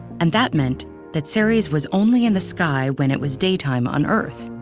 and that meant that ceres was only in the sky when it was daytime on earth.